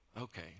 okay